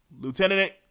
Lieutenant